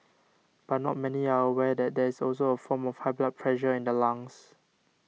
but not many are aware that there is also a form of high blood pressure in the lungs